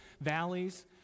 valleys